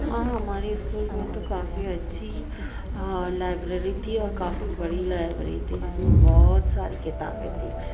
ہاں ہمارے اسکول میں تو کافی اچھی لائبریری تھی اور کافی بڑی لائبریری تھی جس میں بہت ساری کتابیں تھیں